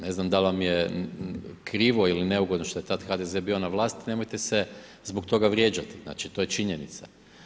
Ne znam, da li vam je krivo ili neugodno, što je tada HDZ bio na vlasti, nemojte se zbog tog vrijeđati, znači to je činjenica.